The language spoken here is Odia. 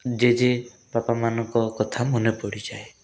ଜେଜେବାପା ମାନଙ୍କ କଥା ମନେ ପଡ଼ିଯାଏ